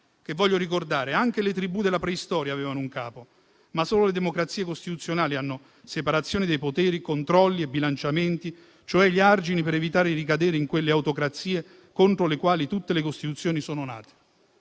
che voglio ricordare: «Anche le tribù della preistoria avevano un capo, ma solo le democrazie costituzionali hanno separazione dei poteri, controlli e bilanciamenti, cioè gli argini per evitare di ricadere in quelle autocrazie contro le quali tutte le Costituzioni sono nate».